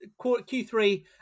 Q3